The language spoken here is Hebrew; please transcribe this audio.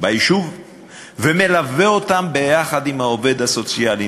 ביישוב ומלווה אותן ביחד עם העובד הסוציאלי,